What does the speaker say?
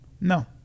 No